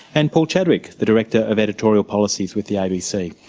and paul chadwick, the director of editorial policies with the abc.